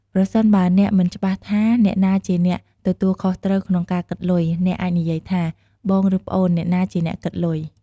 ប្រសិនបើអ្នកមិនច្បាស់ថាអ្នកណាជាអ្នកទទួលខុសត្រូវក្នុងការគិតលុយ អ្នកអាចនិយាយថា "បងឬប្អូនអ្នកណាជាអ្នកគិតលុយ?"។